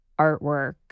artwork